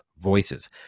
voices